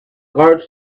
guards